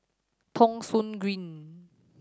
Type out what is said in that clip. Thong Soon Green